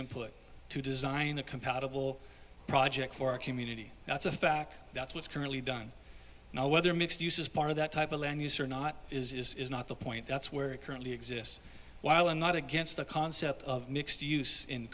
input to design a compatible project for a community that's a fact that's what's currently done now whether mixed use is part of that type of land use or not is not the point that's where it currently exists while i'm not against the concept of mixed use in